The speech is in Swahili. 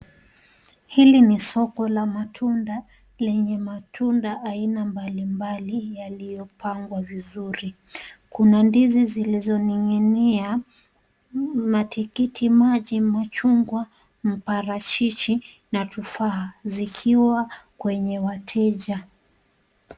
Hili ni soko la matunda lenye matunda aina mbalimbali yaliyopangwa vizuri. Kuna ndizi zilizoning'inia, matikiti maji, machungwa, mparachichi na tufaa zikiwa kwenye wateja.